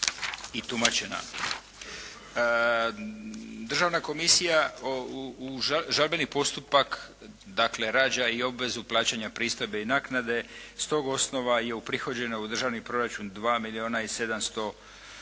Državna komisija žalbeni postupak dakle rađa i obvezu plaćanja pristojbe i naknade. S tog osnova je uprihođeno u državni proračun 2 milijuna i 700 kuna